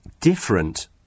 different